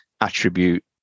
attribute